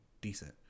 decent